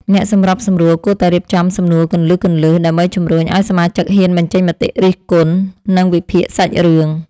អ្នកសម្របសម្រួលគួរតែរៀបចំសំណួរគន្លឹះៗ ដើម្បីជំរុញឱ្យសមាជិកហ៊ានបញ្ចេញមតិរិះគន់ និងវិភាគសាច់រឿង។